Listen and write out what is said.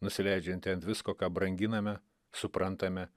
nusileidžianti ant visko ką branginame suprantame